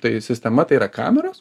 tai sistema tai yra kameros